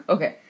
Okay